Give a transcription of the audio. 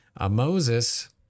Moses